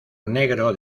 negro